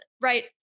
right